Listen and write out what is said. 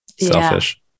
Selfish